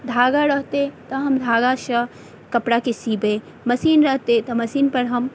धागा रहतै तऽ हम धागा सऽ कपड़ाके सीबे मशीन रहतै तऽ मशीन पर हम